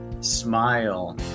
smile